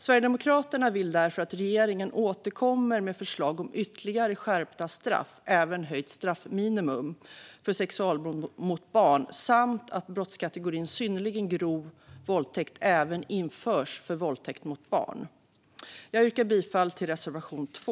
Sverigedemokraterna vill därför att regeringen återkommer med förslag om ytterligare skärpta straff, även höjt straffminimum, för sexualbrott mot barn samt att brottskategorin synnerligen grov våldtäkt även införs för våldtäkt mot barn. Jag yrkar bifall till reservation 2.